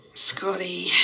Scotty